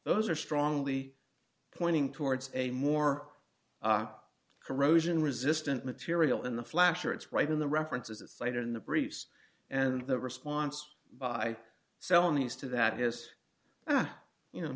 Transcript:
those are strongly pointing towards a more corrosion resistant material in the flasher it's right in the references it cited in the briefs and the response by selling these to that is you know